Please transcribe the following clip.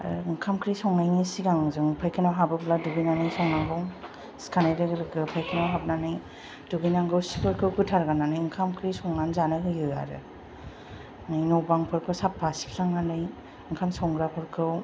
आरो ओंखाम ओंख्रि संनायनि सिगां जों फाइखानायाव हाबोब्ला दुगैनानै संनांगौ सिखारनाय लोगो लोगो फाइखानायाव हाबनानै दुगैनांगौ सिफोरखौ गाथार गाननानै ओंखाम ओंख्रि संनान जानो होयो आरो नै न'बांफोरखौ साफा सिबस्रांनानै ओंखाम संग्राफोरखौ